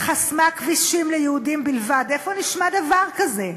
חסמה כבישים ליהודים בלבד, איפה נשמע דבר כזה?